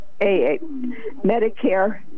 Medicare